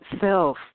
self